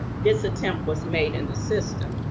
this attempt was made in the system.